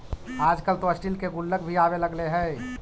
आजकल तो स्टील के गुल्लक भी आवे लगले हइ